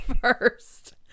first